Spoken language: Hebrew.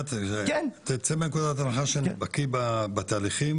--- תצא מנקודת הנחה שאני בקיא בתאריכים.